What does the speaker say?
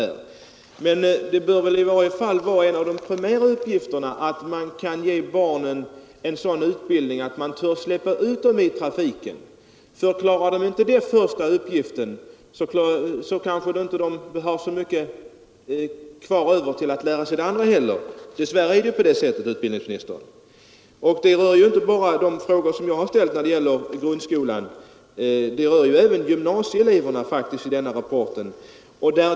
Men det bör i varje fall vara en av de primära uppgifterna att ge barnen en sådan utbildning att man törs släppa ut dem i trafiken. Klarar de inte den första uppgiften kanske de inte har så stor möjlighet att lära sig det andra heller. Dess värre är det på det sättet, herr utbildningsminister. De frågor som jag har ställt när det gäller grundskolan rör faktiskt även gymnasieeleverna.